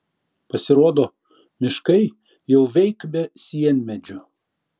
pasirodo miškai jau veik be sienmedžių